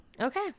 Okay